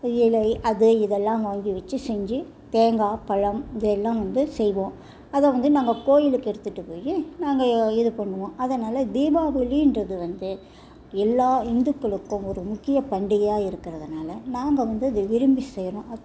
இலை அது இதெல்லாம் வாங்கி வெச்சி செஞ்சி தேங்காய் பழம் இது எல்லாம் வந்து செய்வோம் அதை வந்து நாங்க கோவிலுக்கு எடுத்துட்டு போய் நாங்கள் இது பண்ணுவோம் அதனால் தீபாவளின்றது வந்து எல்லா இந்துக்களுக்கும் ஒரு முக்கிய பண்டிகையாக இருக்கிறதுனால நாங்கள் வந்து இதை விரும்பி செய்கிறோம் அத்